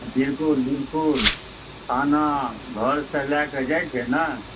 बिल्कुल बिल्कुल खाना घरसँ लऽ कऽ जाइ छै ने